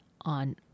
on